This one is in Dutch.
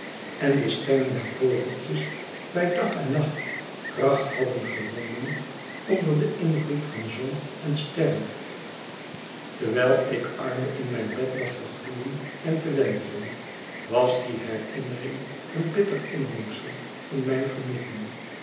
en de stemmen der vogeltjes bij dag en nacht kracht hadden gewonnen onder den invloed van zon en sterr en terwijl ik arme in mijn bed lag te gloeien en te wentelen was die herinnering een bitter inmengsel in mijn genoegen